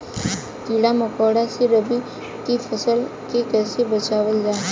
कीड़ों मकोड़ों से रबी की फसल के कइसे बचावल जा?